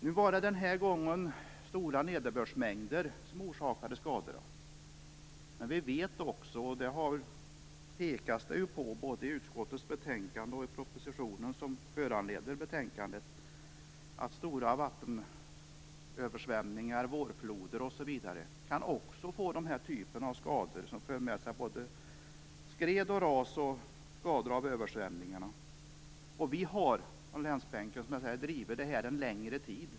Denna gång var det stora nederbördsmängder som orsakade skadorna, men vi vet också - det pekas det på både i utskottets betänkande och i propositionen som föranleder betänkandet - att stora vattenöversvämningar, vårfloder osv. också kan orsaka denna typ av skador. De för med sig både skred och ras, och det blir skador av översvämningarna. Vi har från länsbänken drivit dessa frågor en längre tid.